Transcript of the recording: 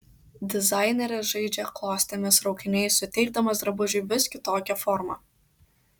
dizaineris žaidžia klostėmis raukiniais suteikdamas drabužiui vis kitokią formą